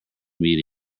meeting